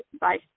Bye